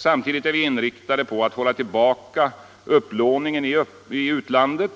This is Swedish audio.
Samtidigt är vi inriktade på att hålla tillbaka upplåningen i utlandet